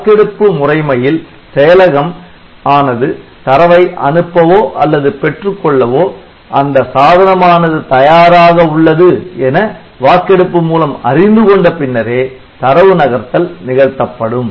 வாக்கெடுப்பு முறைமையில் செயலகம் ஆனது தரவை அனுப்பவோ அல்லது பெற்றுக் கொள்ளவோ அந்த சாதனமானது தயாராக உள்ளது என வாக்கெடுப்பு மூலம் அறிந்துகொண்ட பின்னரே தரவு நகர்த்தல் நிகழ்த்தப்படும்